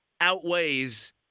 outweighs